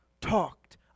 talked